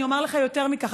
אני אומר לך יותר מכך,